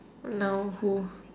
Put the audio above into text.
now who